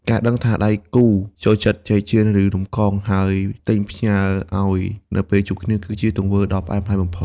ការដឹងថាដៃគូចូលចិត្ត "ចេកចៀន" ឬ "នំកង" ហើយទិញផ្ញើឱ្យនៅពេលជួបគ្នា គឺជាទង្វើដ៏ផ្អែមល្ហែមបំផុត។